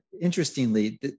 interestingly